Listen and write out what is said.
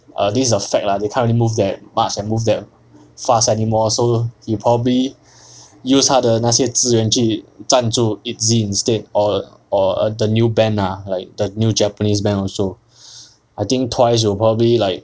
err this is a fact lah they can't move that much and move that fast anymore so he will probably use 他的那些资源去赞助 itzy instead or or or the new band lah like the new japanese band also I think twice will probably like